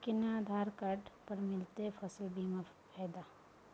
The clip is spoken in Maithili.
केना आधार पर मिलतै फसल बीमा के फैदा?